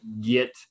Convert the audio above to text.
get